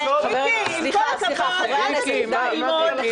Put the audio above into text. מיקי, עם כל הכבוד, אל תגיד מה ללמוד,